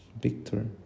Victor